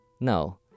No